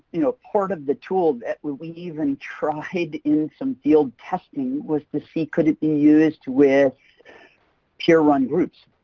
you know, part of the tool that we we even tried in some field testing was to see could it be used with peer run groups?